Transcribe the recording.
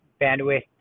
bandwidth